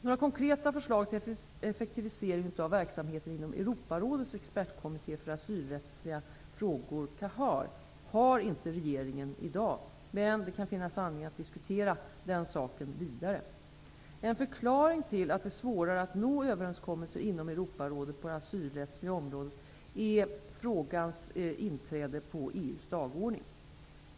Några konkreta förslag till effektivisering av verksamheten inom Europarådets expertkommitté för asylrättsliga frågor har inte regeringen i dag, men det kan finnas anledning att diskutea den saken vidare. En förklaring till att det är svårare att nå överenskommelser inom Europarådet på det asylrättsliga området är frågans inträde på EU:s dagordning.